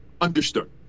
understood